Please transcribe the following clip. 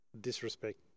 disrespect